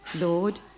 Lord